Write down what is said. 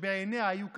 שבעיניה היו קשים".